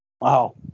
wow